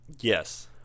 Yes